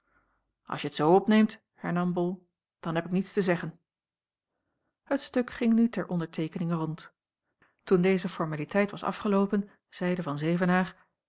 als je t zoo opneemt hernam bol dan heb ik niets te zeggen het stuk ging nu ter onderteekening rond toen deze formaliteit was afgeloopen zeide van